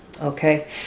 okay